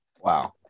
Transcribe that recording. wow